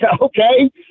okay